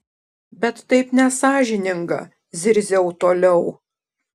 bet taip nesąžininga zirziau toliau